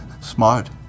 smart